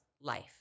life